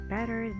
Better